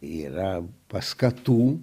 yra paskatų